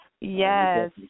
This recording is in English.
Yes